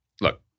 look